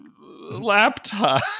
Laptop